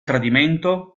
tradimento